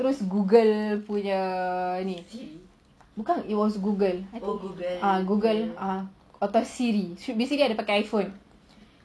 terus google punya ni google no it was google ah google ah atau SIRI SIRI ada pakai iphone